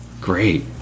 Great